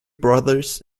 brothers